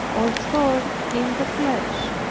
or thorn in the flesh,